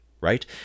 right